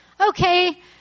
Okay